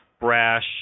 brash